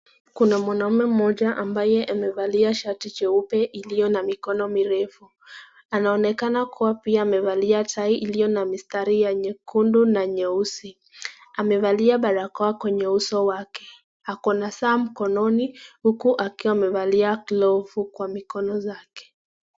Kuna mwanamume mmoja ambaye amevalia shati cheupe iliyo na mikono mirefu. Anaonekana kuwa pia amevalia tai iliyo na mistari ya nyekundu na nyeusi. Amevalia barakoa kwenye uso wake. Ako na saa mkononi huku akiwa amevalia glovu kwa mikono zake.